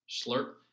Slurp